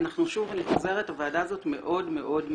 אני שוב מתנצלת, הוועדה הזאת מאוד ממוקדת.